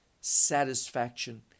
satisfaction